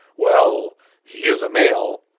well he is a male.